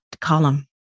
column